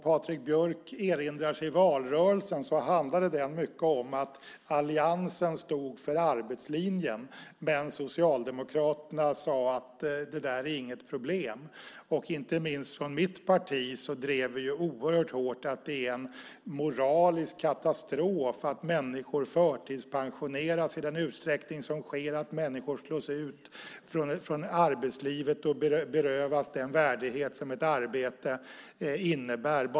Patrik Björck kanske erinrar sig debatten i valrörelsen, som handlade mycket om att alliansen stod för arbetslinjen medan Socialdemokraterna sade att det inte fanns något problem. Inte minst från mitt parti drev vi oerhört hårt att det är en moralisk katastrof att människor förtidspensioneras i den utsträckning som nu sker, att människor slås ut från arbetslivet och berövas den värdighet som ett arbete innebär.